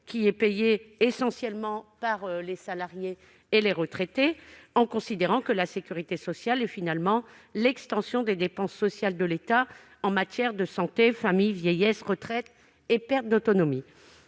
qui est payée essentiellement par les salariés et les retraités, parce qu'ils considèrent que la sécurité sociale est finalement l'extension des dépenses sociales de l'État en matière de santé, de famille, de vieillesse, de retraites et de perte d'autonomie.